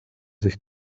sich